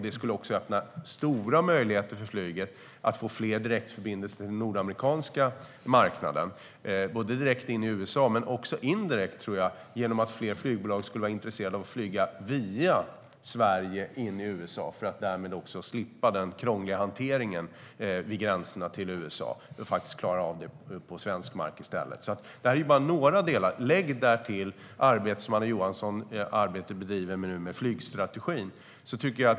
Det skulle öppna stora möjligheter för flyget att få fler direktförbindelser till den nordamerikanska marknaden direkt in i USA men också indirekt genom att fler flygbolag skulle vara intresserade av att flyga via Sverige in i USA för att därmed slippa den krångliga hanteringen vid gränserna till USA och i stället klara av det på svensk mark. Detta är bara några delar. Lägg därtill det arbete som Anna Johansson nu bedriver med flygstrategin.